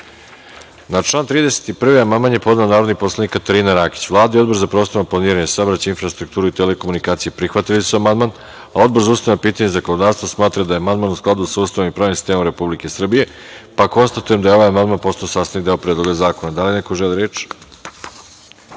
član 31. amandman je podnela narodni poslanik Katarina Rakić. Vlada i Odbor za prostorno planiranje, saobraćaj, infrastrukturu i telekomunikacije prihvatili su amandman. Odbor za ustavna pitanja i zakonodavstvo smatra da je amandman u skladu sa Ustavom i pravnim sistemom Republike Srbije, pa konstatujem da je ovaj amandman postao sastavni deo Predloga zakona. Da li neko želi reč?